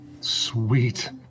Sweet